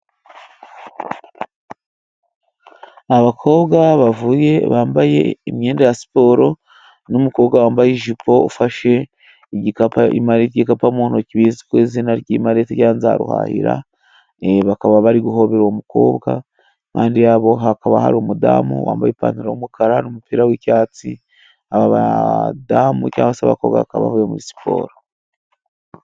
Abakobwa bavuye bambaye imyenda ya siporo n'umukobwa wambaye ijipo, ufashe igikapu mu ntoki kizwi ku izina rya marete cyangwa se nzaruhahira, bakaba bari guhobera uwo umukobwa ,impande yabo hakaba hari umudamu wambaye ipantaro yumukara n'umupira w'icyatsi. Aba badamu cyangwa se abakobwa bakaba bavuye muri siporo.